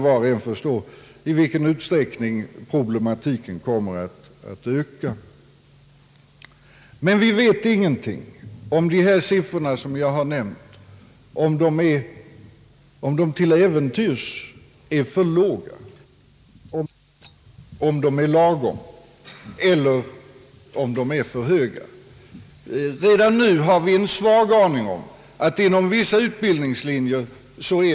Men vi vet inte med säkerhet om de siffror som jag nämnt till äventyrs är för låga, om de är lagom eller om de är för höga. Redan nu har vi en aning om att de är för höga inom vissa utbildningslinjer.